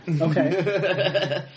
Okay